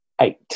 Eight